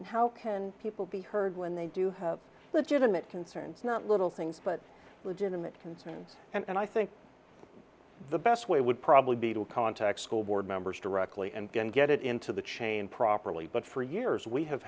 how can people be heard when they do have legitimate concerns not little things but legitimate concerns and i think the best way would probably be to contact school board members directly and get it into the chain properly but for years we have